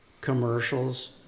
Commercials